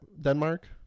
denmark